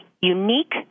unique